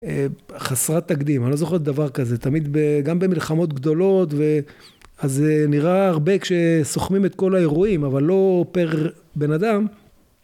אמ... חסרת תקדים, אני לא זוכר דבר כזה. תמיד ב...גם במלחמות גדולות ו...אז אה, נראה הרבה כשסוכמים את כל האירועים, אבל לא... פר... בן אדם,